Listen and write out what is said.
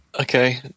okay